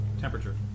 Temperature